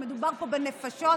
שמדובר פה בנפשות,